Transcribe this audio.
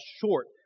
short